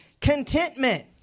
contentment